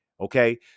Okay